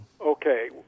Okay